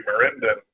Miranda